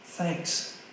thanks